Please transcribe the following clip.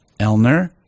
Elner